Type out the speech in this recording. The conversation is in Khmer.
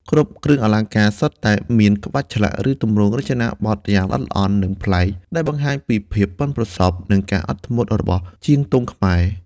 គ្រប់គ្រឿងអលង្ការសុទ្ធតែមានក្បាច់ឆ្លាក់ ឬទម្រង់រចនាបថយ៉ាងល្អិតល្អន់ និងប្លែក ដែលបង្ហាញពីភាពប៉ិនប្រសប់ និងការអត់ធ្មត់របស់ជាងទងខ្មែរ។